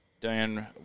Diane